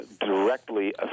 directly